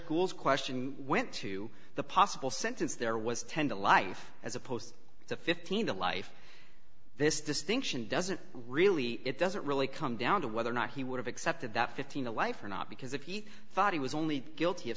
pools question went to the possible sentence there was ten to life as opposed to fifteen to life this distinction doesn't really it doesn't really come down to whether or not he would have accepted that fifteen to life or not because if he thought he was only guilty of